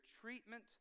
treatment